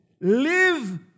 live